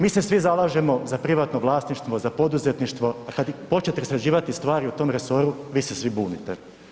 Mi se svi zalažemo za privatno vlasništvo, za poduzetništvo, a kada počnete sređivati stvari u tom resoru, vi se svi bunite.